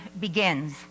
begins